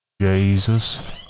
Jesus